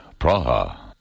Praha